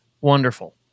Wonderful